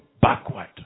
backward